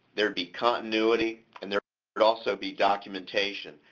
there'd be continuity, and there would also be documentation.